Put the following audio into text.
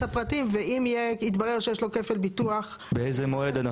הפרטים ואם יתברר שיש לו כפל ביטוח --- באיזה מועד?